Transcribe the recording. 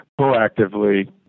proactively